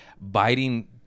biting